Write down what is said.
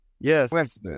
Yes